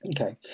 okay